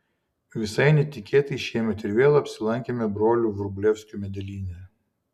visai netikėtai šiemet ir vėl apsilankėme brolių vrublevskių medelyne